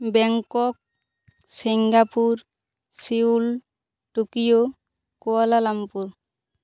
Bangkok Singapore Seoul Tokyo Kuala Lumpur